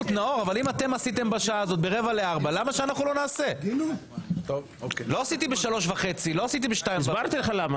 יש מועמדים נוספים בטבריה, למה לא לתת גם להם לבוא